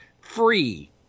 free